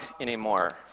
anymore